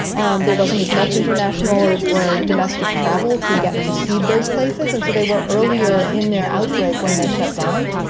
and there wasn't as much international or or domestic travel to get to see those places. and so they were earlier in their outbreak when they shut down,